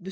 de